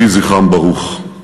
יהי זכרם ברוך.